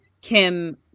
Kim